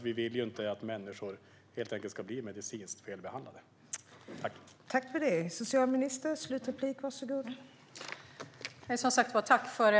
Vi vill ju inte att människor ska bli medicinskt felbehandlade, helt enkelt.